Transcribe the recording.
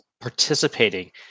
participating